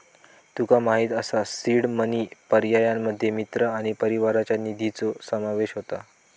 तुका माहित असा seed money पर्यायांमध्ये मित्र आणि परिवाराच्या निधीचो समावेश होता